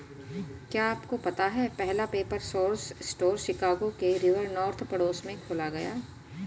क्या आपको पता है पहला पेपर सोर्स स्टोर शिकागो के रिवर नॉर्थ पड़ोस में खोला गया?